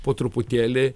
po truputėlį